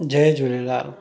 Jay Jhulelal